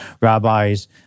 rabbis